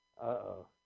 Uh-oh